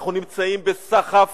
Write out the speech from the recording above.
אנחנו נמצאים בסחף